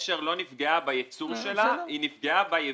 "נשר" לא נפגעה בייצור שלה, היא נפגעה ביבוא.